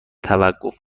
توقف